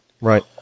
Right